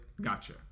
Gotcha